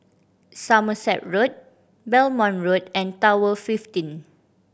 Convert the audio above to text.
Somerset Road Belmont Road and Tower fifteen